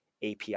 API